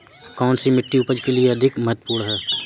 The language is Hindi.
कौन सी मिट्टी उपज के लिए अधिक महत्वपूर्ण है?